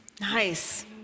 Nice